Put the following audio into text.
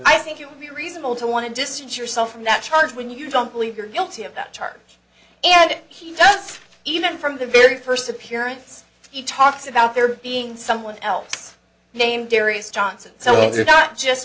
i think it would be reasonable to want to distance yourself from that charge when you don't believe you're guilty of that charge and he even from the very first appearance he talks about there being someone else named gary's johnson so it's not just